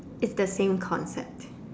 it's the same concept